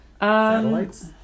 satellites